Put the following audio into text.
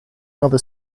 other